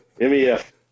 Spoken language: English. M-E-F